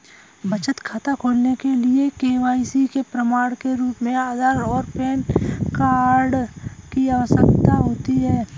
बचत खाता खोलने के लिए के.वाई.सी के प्रमाण के रूप में आधार और पैन कार्ड की आवश्यकता होती है